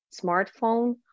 smartphone